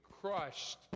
crushed